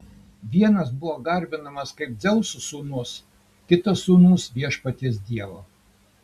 vienas buvo garbinamas kaip dzeuso sūnus kitas sūnus viešpaties dievo